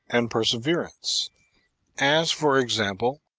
and perse verance as, for example,